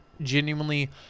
genuinely